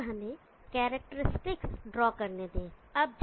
अब हमें characteristics draw करने दें